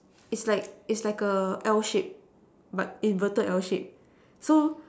it's like it's like a L shape but inverted L shape so